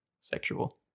sexual